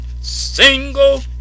single